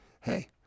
hey